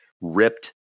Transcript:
ripped